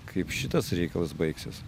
kaip šitas reikalas baigsis